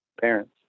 parents